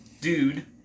dude